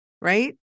Right